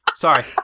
Sorry